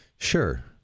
Sure